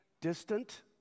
distant